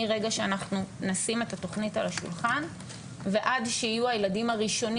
מרגע שאנחנו נשים את התוכנית על השולחן ועד שיהיו הילדים הראשונים